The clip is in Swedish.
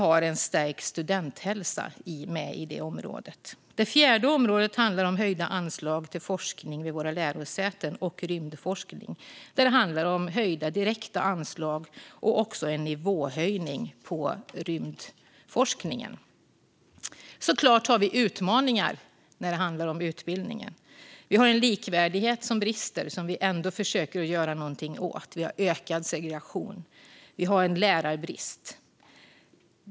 En stärkt studenthälsa hör också till området. Det fjärde området handlar om höjda anslag till forskning vid våra lärosäten och rymdforskning. Det handlar om höjda direkta anslag och om en nivåhöjning på rymdforskningen. Det är klart att har vi utmaningar när det handlar om utbildningen. Vi har en likvärdighet som brister, och det försöker vi att göra någonting åt. Vi har ökad segregation. Vi har en lärarbrist.